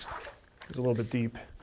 it's a little bit deep.